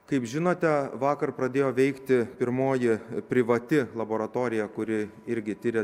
kaip žinote vakar pradėjo veikti pirmoji privati laboratorija kuri irgi tiria